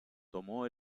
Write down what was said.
tomó